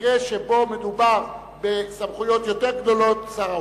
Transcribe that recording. ובמקרה שבו מדובר בסמכויות יותר גדולות, שר האוצר.